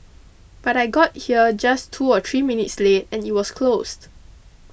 but I got here just two or three minutes late and it was closed